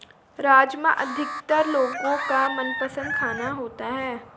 राजमा अधिकतर लोगो का मनपसंद खाना होता है